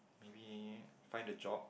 maybe find a job